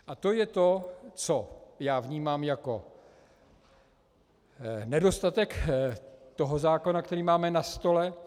A to je to, co já vnímám jako nedostatek zákona, který máme na stole.